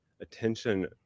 attention